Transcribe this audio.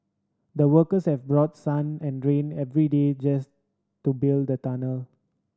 the workers have brought sun and rain every day just to build the tunnel